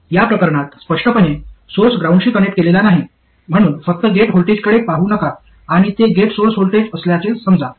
या प्रकरणात स्पष्टपणे सोर्स ग्राउंडशी कनेक्ट केलेला नाही म्हणून फक्त गेट व्होल्टेजकडे पाहू नका आणि ते गेट सोर्स व्होल्टेज असल्याचे समजा